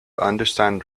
understand